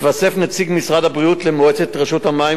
יתווסף נציג משרד הבריאות למועצת רשות המים,